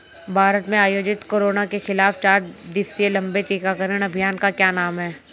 भारत में आयोजित कोरोना के खिलाफ चार दिवसीय लंबे टीकाकरण अभियान का क्या नाम है?